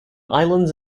islands